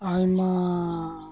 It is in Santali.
ᱟᱭᱢᱟᱻ